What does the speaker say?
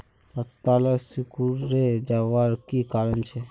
पत्ताला सिकुरे जवार की कारण छे?